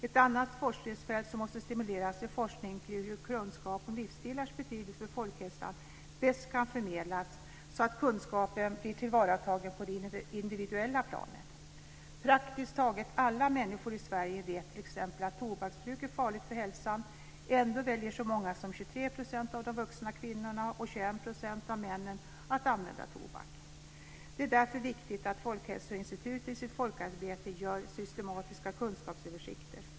Ett annat forskningsfält som måste stimuleras är forskning kring hur kunskap om livsstilars betydelse för folkhälsan bäst kan förmedlas så att kunskapen blir tillvaratagen på det individuella planet. Praktiskt taget alla människor i Sverige vet t.ex. att tobaksbruk är farligt för hälsan. Ändå väljer så många som 23 % av de vuxna kvinnorna och 21 % av männen att använda tobak. Det är därför viktigt att Folkhälsoinstitutet i sitt folkhälsoarbete gör systematiska kunskapsöversikter.